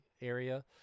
area